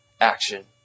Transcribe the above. action